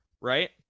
right